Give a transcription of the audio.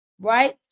right